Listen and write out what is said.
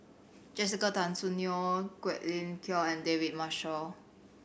Jessica Tan Soon Neo Quek Ling Kiong and David Marshall